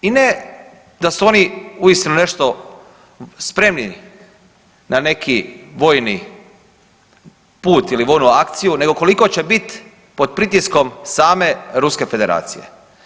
I ne da su oni uistinu nešto spremni na neki vojni put ili vojnu akciju, nego koliko će bit pod pritiskom same Ruske Federacije.